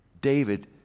David